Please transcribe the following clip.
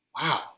wow